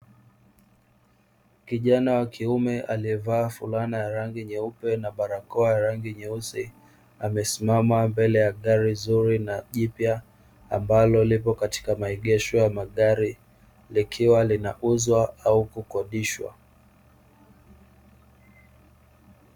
Kijana wa kiume laiyevaa fulana ya rangi nyeupe na barakoa ya rangi nyeusi, amesimama mbele ya gari zuri na jipya ambalo lipo katika maegesho ya magari, likiwa linauzwa au kukodishwa.